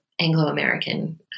Anglo-American